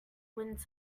wind